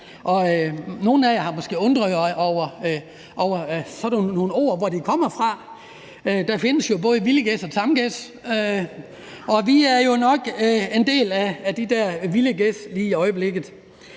nogle af jer har måske undret jer over, hvor sådan nogle ord kommer fra. Der findes jo både vildgæs og tamgæs – og vi er jo nok en del af de der vilde gæs lige i øjeblikket.